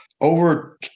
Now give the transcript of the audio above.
Over